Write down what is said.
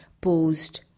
posed